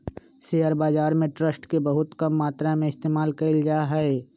share बाजार में trust के बहुत कम मात्रा में इस्तेमाल कइल जा हई